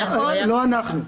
לא אנחנו.